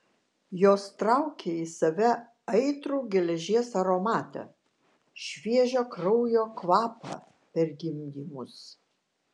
jos traukė į save aitrų geležies aromatą šviežio kraujo kvapą per gimdymus